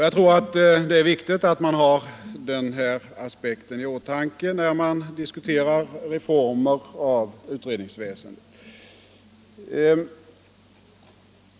Jag tror det är viktigt att man har denna aspekt i åtanke när man diskuterar reformer i utredningsväsendet.